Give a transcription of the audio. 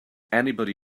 anybody